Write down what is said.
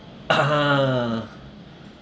(uh huh)